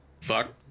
Fuck